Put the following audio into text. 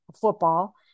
football